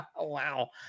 Wow